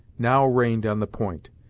now reigned on the point,